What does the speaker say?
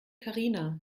karina